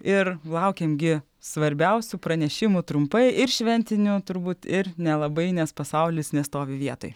ir laukiam gi svarbiausių pranešimų trumpai ir šventinių turbūt ir nelabai nes pasaulis nestovi vietoj